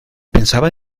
pensaba